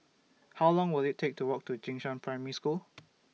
How Long Will IT Take to Walk to Jing Shan Primary School